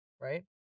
right